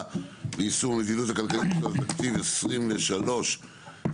ליישום המדיניות הכלכלית לשנות התקציב 2023 ו-2024),